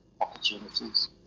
opportunities